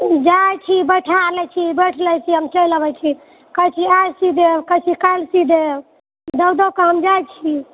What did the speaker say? जाइत छी बैठा लए छी बैठ लए छी हम चलि आबए छी कहैत छी आइ सी देब कहै छी काल्हि सी देब दौग दौग कऽ हम जाइत छी